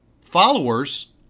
followers